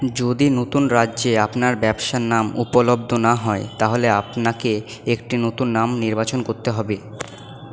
যদি নতুন রাজ্যে আপনার ব্যবসার নাম উপলব্ধ না হয় তাহলে আপনাকে একটি নতুন নাম নির্বাচন করতে হবে